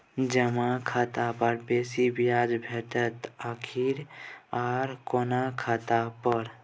जमा खाता पर बेसी ब्याज भेटितै आकि आर कोनो खाता पर?